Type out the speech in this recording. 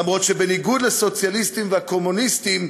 אף שבניגוד לסוציאליסטים ולקומוניסטים,